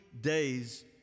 days